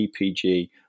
epg